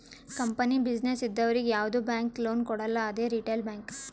company, business ಇದ್ದವರಿಗ್ ಯಾವ್ದು bank loan ಕೊಡಲ್ಲ ಅದೇ ರಿಟೇಲ್ ಬ್ಯಾಂಕ್